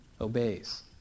obeys